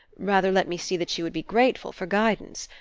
rather let me see that she would be grateful for guidance.